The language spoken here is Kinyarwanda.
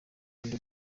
and